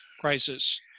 crisis